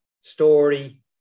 story